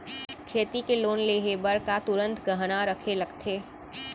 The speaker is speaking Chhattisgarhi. खेती के लोन लेहे बर का तुरंत गहना रखे लगथे?